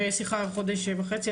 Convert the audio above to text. סליחה חודש וחצי.